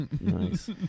Nice